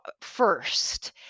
first